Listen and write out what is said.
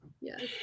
yes